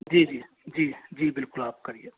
जी जी जी जी बिल्कुल आप करिए